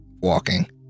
walking